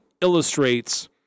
illustrates